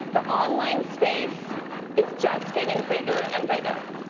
the online space is just getting bigger and bigger,